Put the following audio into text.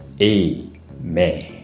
Amen